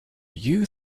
you